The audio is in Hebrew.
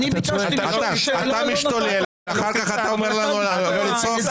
אתה משתולל ואחר כך אתה אומר לנו לא לצעוק?